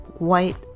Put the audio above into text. white